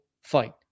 fight